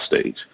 stage